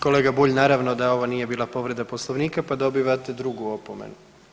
Kolega Bulj, naravno da ovo nije bila povreda Poslovnika pa dobivate drugu opomenu.